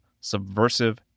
subversive